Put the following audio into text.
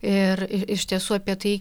ir i iš tiesų apie tai